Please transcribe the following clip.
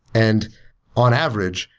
and on average,